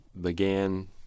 began